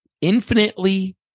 infinitely